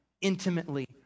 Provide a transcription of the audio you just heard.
intimately